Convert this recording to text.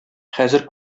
хәзер